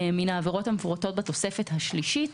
מן העבירות המפורטות בתוספת השלישית.